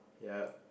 ya